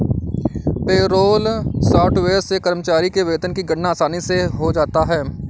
payroll software से कर्मचारी के वेतन की गणना आसानी से हो जाता है